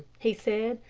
he said.